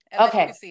Okay